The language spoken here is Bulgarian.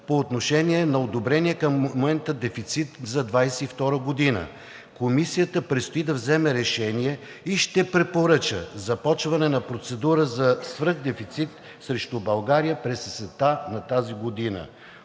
по отношение на одобрения към момента дефицит за 2022 г. Комисията предстои да вземе решение и ще препоръча започване на процедура за свръхдефицит срещу България през есента на тази година.